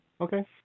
Okay